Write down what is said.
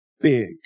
big